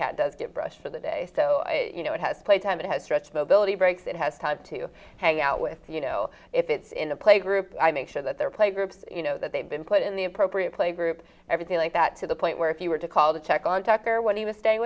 cat does get brushed for the day so you know it has playtime it has stretched mobility breaks it has time to hang out with you know if it's in a playgroup i make sure that they're playgroup you know that they've been put in the appropriate playgroup everything like that to the point where if you were to call the check on tucker when he was staying